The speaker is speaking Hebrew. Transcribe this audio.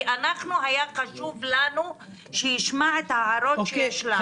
כי היה חשוב לנו שישמע את ההערות שיש לנו.